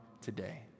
today